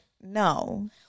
no